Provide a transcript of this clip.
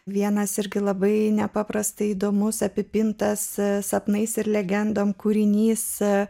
vienas irgi labai nepaprastai įdomus apipintas sapnais ir legendom kūrinys